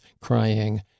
crying